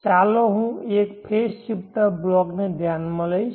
ચાલો હું એક ફેઝ શિફ્ટર બ્લોક ધ્યાનમાં લઈશ